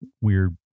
weird